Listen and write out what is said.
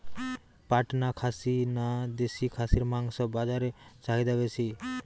পাটনা খাসি না দেশী খাসির মাংস বাজারে চাহিদা বেশি?